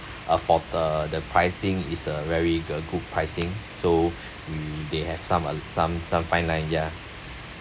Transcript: uh for the the pricing is a very uh good pricing so mm they have some uh some some fine line ya